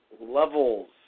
levels